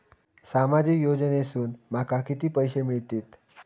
सामाजिक योजनेसून माका किती पैशे मिळतीत?